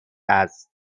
است